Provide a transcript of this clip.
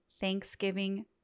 Thanksgiving